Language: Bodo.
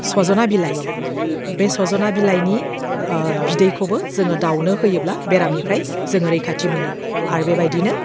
सज'ना बिलाइ बे सजना बिलाइनि बिदैखौबो जोङो दाउनो होयोब्ला बेरामनिफ्राय जोङो रैखाथि मोनो आरो बेबायदिनो